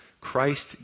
Christ